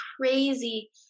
crazy